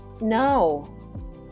no